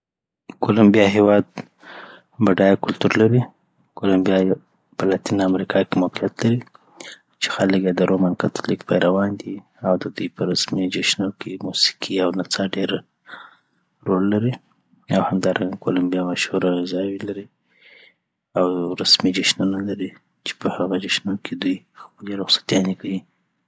د کولمبیا هیواد هم بډایه کلتور لري کولمبیا په لاتینه امریکا کی موقیعت لری چی خلک یی د رومن کاتولیک پیروان دی او د دوي په رسمي جشنو کي موسیقي او نڅا ډیر رول لري او همدارنګه کولمبیا مشهوره غذاګانې لري او دوی رسمی جشنونه لری چي په هغه جشنو کي دوي خپلي رخصتیانې کیی